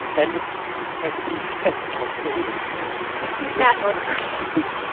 and i see fat north koreans now. you see fat north koreans.